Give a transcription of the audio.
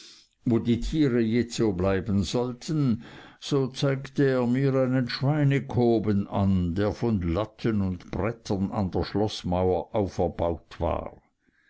wo die tiere jetzo bleiben sollten so zeigte er mir einen schweinekoben an der von latten und brettern an der schloßmauer auferbaut war